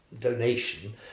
donation